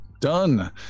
done